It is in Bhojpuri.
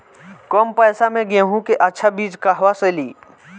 कम पैसा में गेहूं के अच्छा बिज कहवा से ली?